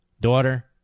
daughter